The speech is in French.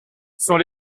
sont